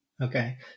Okay